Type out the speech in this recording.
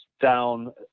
down